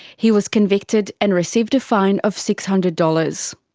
he was convicted, and received a fine of six hundred dollars.